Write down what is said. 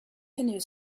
canoe